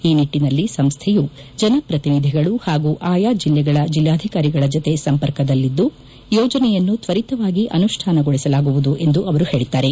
ಈ ನಿಟ್ಟನಲ್ಲಿ ಸಂಸ್ಟೆಯು ಜನಪ್ರತಿನಿಧಿಗಳು ಹಾಗೂ ಆಯಾ ಜಿಲ್ಲೆಗಳ ಜಿಲ್ಲಾಧಿಕಾರಿಗಳ ಜತೆ ಸಂಪರ್ಕದಲ್ಲಿದ್ದು ಯೋಜನೆಯನ್ನು ಶ್ವರಿತವಾಗಿ ಅನುಷ್ಠಾನಗೊಳಿಸಲಾಗುವುದು ಎಂದು ಅವರು ಹೇಳಿದ್ದಾರೆ